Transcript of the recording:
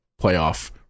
playoff